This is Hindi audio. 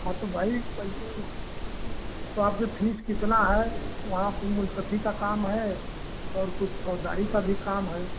हाँ तो भाई तो आपकी फीस कितनी है वहाँ पर मुलसफी का काम है और कुछ फौज़दारी का भी काम है